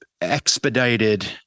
expedited